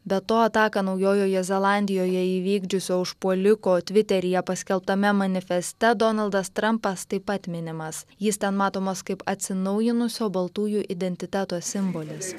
be to ataką naujojoje zelandijoje įvykdžiusio užpuoliko tviteryje paskelbtame manifeste donaldas trampas taip pat minimas jis ten matomas kaip atsinaujinusio baltųjų identiteto simbolis